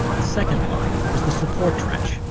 the second line was the support trench,